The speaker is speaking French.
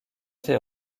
été